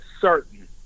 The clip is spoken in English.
certain